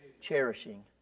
cherishing